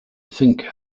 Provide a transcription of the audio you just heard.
think